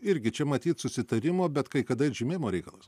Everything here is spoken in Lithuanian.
irgi čia matyt susitarimo bet kai kada ir žymėjimo reikalas